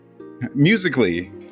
Musically